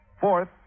Fourth